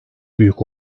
büyük